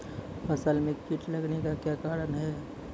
फसलो मे कीट लगने का क्या कारण है?